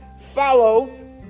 follow